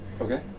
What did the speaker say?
Okay